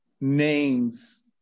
names